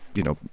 you know,